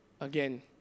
again